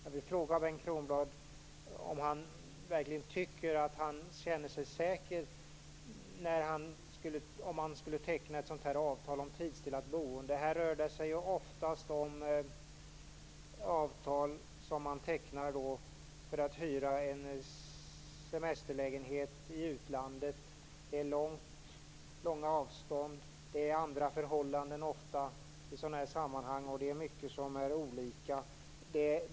Jag vill fråga Bengt Kronblad om han verkligen tycker att han känner sig säker om han skulle teckna ett avtal om tidsdelat boende. Här rör det sig ju oftast om avtal som man tecknar för att hyra en semesterlägenhet i utlandet. Det är långa avstånd. Det är ofta andra förhållanden i sådana här sammanhang. Det är mycket som är olika.